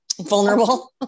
vulnerable